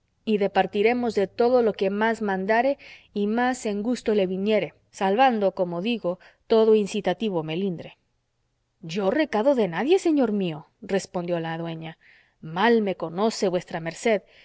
y departiremos de todo lo que más mandare y más en gusto le viniere salvando como digo todo incitativo melindre yo recado de nadie señor mío respondió la dueña mal me conoce vuestra merced